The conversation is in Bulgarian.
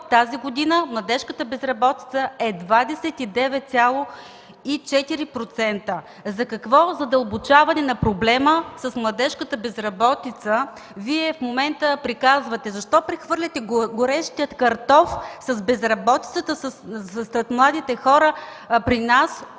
тази година младежката безработица е 29,4%. За какво задълбочаване на проблема с младежката безработица Вие в момента приказвате? Защо прехвърляте горещия картоф с безработицата сред младите хора при нас,